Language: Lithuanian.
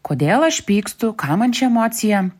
kodėl aš pykstu kam man ši emocija